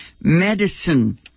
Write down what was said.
medicine